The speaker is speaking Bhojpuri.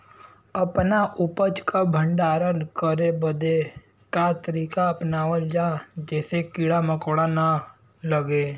अपना उपज क भंडारन करे बदे का तरीका अपनावल जा जेसे कीड़ा मकोड़ा न लगें?